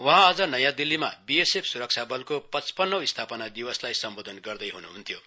वहाँ आज नयाँ दिल्लीमा बीएसएफ सुरक्षाबलको पचपन्नौ स्थापना दिवसलाई सम्बोधन गर्दै हन्हन्थ्यो